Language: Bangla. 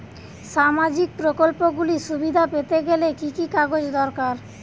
সামাজীক প্রকল্পগুলি সুবিধা পেতে গেলে কি কি কাগজ দরকার?